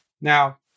Now